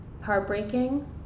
heartbreaking